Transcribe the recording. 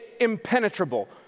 impenetrable